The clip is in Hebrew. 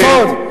חבר הכנסת חסון.